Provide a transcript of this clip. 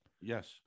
Yes